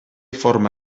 forma